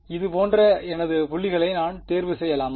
இது போன்ற எனது புள்ளிகளை நான் தேர்வு செய்யலாமா